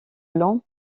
long